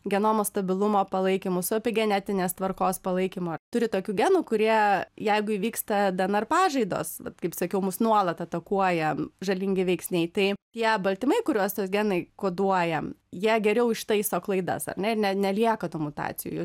genomo stabilumo palaikymu su epigenetinės tvarkos palaikymu turi tokių genų kurie jeigu įvyksta dnr pažaidos vat kaip sakiau mus nuolat atakuoja žalingi veiksniai tai tie baltymai kuriuos tos genai koduoja jie geriau ištaiso klaidas ar ne ir ne nelieka tų mutacijų